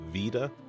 Vita